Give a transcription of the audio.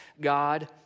God